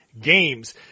games